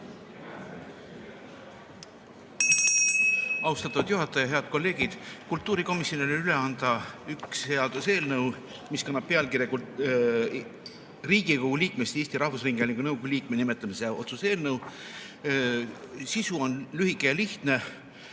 Austatud juhataja! Head kolleegid! Kultuurikomisjonil on üle anda üks seaduseelnõu, mis kannab pealkirja "Riigikogu liikmest Eesti Rahvusringhäälingu nõukogu liikme nimetamine". See on otsuse eelnõu. Sisu on lühike ja lihtne,